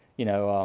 you know,